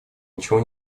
ничего